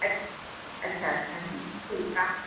अच्छा अच्छा हीअं ठीकु आहे